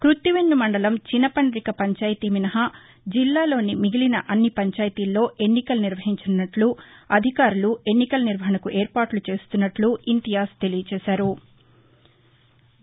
క్బత్తివెన్ను మండలం చినపండిక పంచాయతీ మినహా జిల్లాలోని మిగిలిన అన్ని పంచాయతీల్లో ఎన్నికలు నిర్వహించనున్నట్లు అధికారులు ఎన్నికల నిర్వహణకు ఏర్పాట్లు చేస్తున్నట్లు ఇంతియాజ్ తెలియజేశారు